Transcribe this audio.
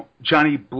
Johnny